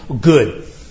good